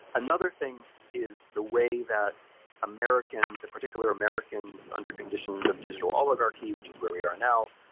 another thing is the way that americans, in particular americans under conditions of digital oligarchy which is where we are now,